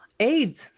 AIDS